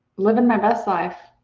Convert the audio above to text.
living my best life.